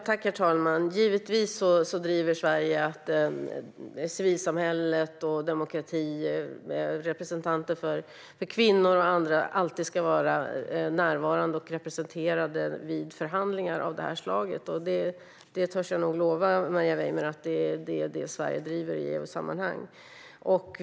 Herr talman! Givetvis driver Sverige att civilsamhället och demokratirepresentanter för kvinnor och andra alltid ska vara närvarande vid förhandlingar av det slaget. Jag törs lova Maria Weimer att Sverige driver den frågan i EU-sammanhang.